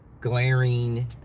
glaring